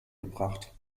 gebracht